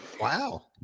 Wow